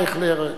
אייכלר,